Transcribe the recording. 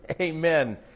Amen